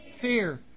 Fear